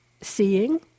seeing